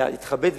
יתכבד,